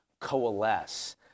coalesce